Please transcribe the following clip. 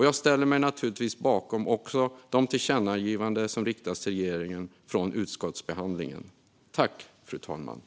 Jag ställer mig naturligtvis bakom de tillkännagivanden från utskottsbehandlingen som föreslås riktas till regeringen.